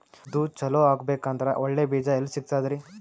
ಉದ್ದು ಚಲೋ ಆಗಬೇಕಂದ್ರೆ ಒಳ್ಳೆ ಬೀಜ ಎಲ್ ಸಿಗತದರೀ?